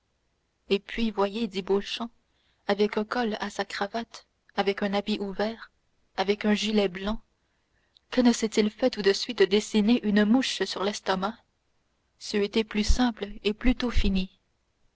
et puis voyez dit beauchamp avec un col à sa cravate avec un habit ouvert avec un gilet blanc que ne s'est-il fait tout de suite dessiner une mouche sur l'estomac ç'eût été plus simple et plus tôt fini